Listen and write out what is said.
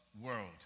world